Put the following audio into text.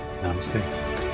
Namaste